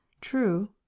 true